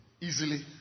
easily